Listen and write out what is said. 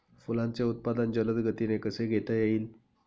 फुलांचे उत्पादन जलद गतीने कसे घेता येईल?